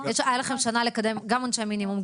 הייתה לכם שנה לקדם גם עונשי מינימום,